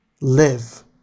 live